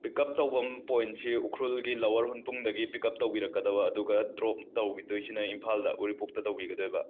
pickup ꯇꯧꯐꯝ ꯄꯣꯏꯟꯁꯦ ꯎꯈ꯭ꯔꯨꯜꯒꯤ ꯂꯥꯋꯔ ꯍꯨꯟꯄꯨꯡꯗꯒꯤ ꯄꯤꯀꯞ ꯇꯧꯕꯤꯔꯛꯀꯗꯕ ꯑꯗꯨꯒ ꯗ꯭ꯔꯣꯞ ꯇꯧꯕꯤꯗꯣꯏꯁꯤꯅ ꯏꯝꯐꯥꯜꯗ ꯎꯔꯤꯄꯣꯛꯇ ꯇꯧꯕꯤꯒꯗꯣꯏꯕ